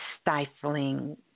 stifling